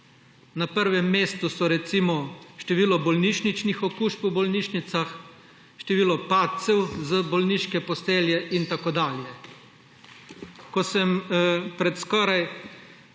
Na prvem mestu so recimo število bolnišničnih okužb po bolnišnicah, število padcev z bolniške postelje in tako dalje. Ko sem pred skoraj